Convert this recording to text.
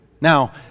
Now